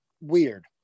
weird